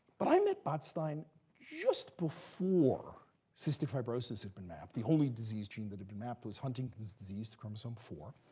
but i met botstein just before cystic fibrosis had been mapped. the only disease gene that had been mapped was huntington's disease to chromosome four.